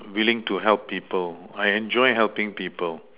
willing to help people I enjoy helping people